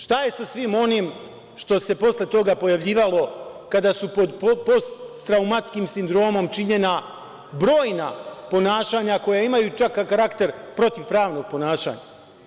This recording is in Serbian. Šta je sa svim onim što se posle toga pojavljivalo kada su pod postraumatskim sindromom činjena brojna ponašanja koja imaju karakter protivpravnog ponašanja?